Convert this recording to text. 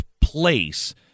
place